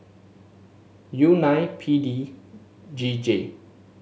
U nine P D G J